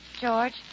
George